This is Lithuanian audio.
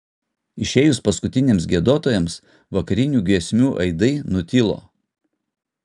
išėjus paskutiniams giedotojams vakarinių giesmių aidai nutilo